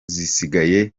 zisigaye